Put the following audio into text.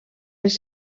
les